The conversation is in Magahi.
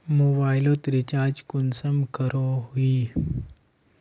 मोबाईल लोत रिचार्ज कुंसम करोही?